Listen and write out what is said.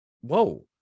Whoa